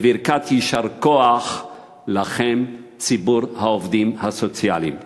בברכת יישר כוח לכם, ציבור העובדים הסוציאליים.